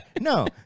no